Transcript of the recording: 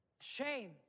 Shame